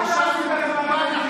הרסתם את המדינה,